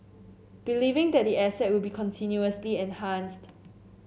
believing that the asset will be continuously enhanced